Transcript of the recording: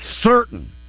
certain